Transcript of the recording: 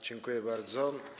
Dziękuję bardzo.